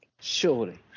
surely